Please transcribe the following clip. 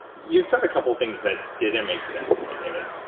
you said a couple things that didn't make sense to me david.